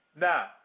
Now